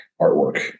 artwork